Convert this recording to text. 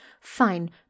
fine